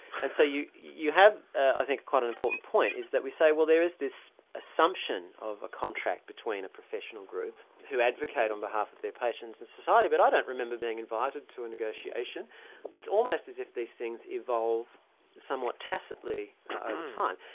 and so you you have ah i think quite an important point, is that we say, well there is this assumption of a contract between a professional group who advocate on behalf of their patients and society. but i don't remember being invited to a negotiation it's almost as if these things evolve somewhat tacitly over time.